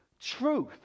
truth